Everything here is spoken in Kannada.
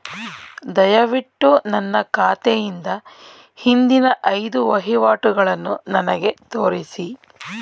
ದಯವಿಟ್ಟು ನನ್ನ ಖಾತೆಯಿಂದ ಹಿಂದಿನ ಐದು ವಹಿವಾಟುಗಳನ್ನು ನನಗೆ ತೋರಿಸಿ